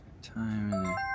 time